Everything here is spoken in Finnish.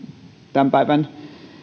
tämän päivän